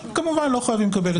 אבל כמובן שלא חייבים לקבל את דעתי.